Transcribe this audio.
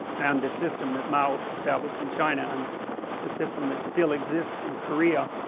and the system that mao establish in china and the system that still exists in korea